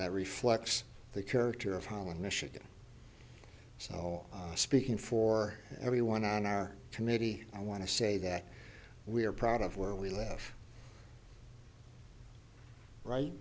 that reflects the character of holland michigan so speaking for everyone on our committee i want to say that we are proud of where we left right